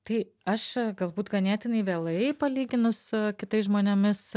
tai aš galbūt ganėtinai vėlai palyginus su kitais žmonėmis